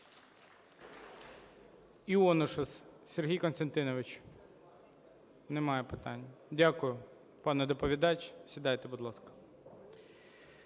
Іонушас Сергій Костянтинович. Немає питань. Дякую, пане доповідач. Сідайте, будь ласка.